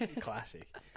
classic